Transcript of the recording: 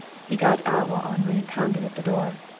he got out while henri pounded at the door.